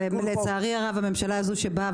לצערי הרב הממשלה הזו שבאה,